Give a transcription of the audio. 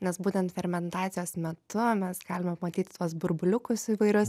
nes būtent fermentacijos metu mes galime pamatyt tuos burbuliukus įvairius